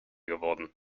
geworden